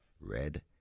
red